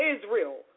Israel